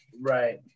Right